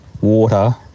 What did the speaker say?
water